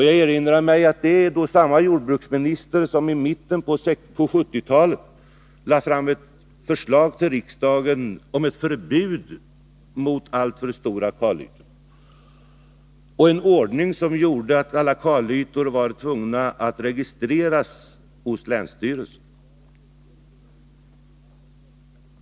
Jag erinrar mig att det är samma jordbruksminister som i mitten på 1970-talet lade fram ett förslag för riksdagen om ett förbud mot alltför stora kalhyggen och om en ordning som skulle innebära att alla kalytor tvångsvis skulle registreras hos länsstyrelserna.